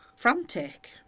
frantic